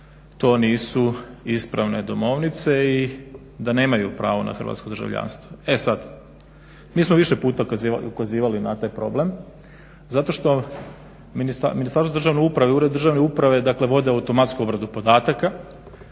to nisu ispravne domovnice i da nemaju pravo na hrvatsko državljanstvo. E sad, mi smo više puta ukazivali na taj problem zato što Ministarstvo državne uprave i Ured državne uprave dakle vode automatsku obradu podataka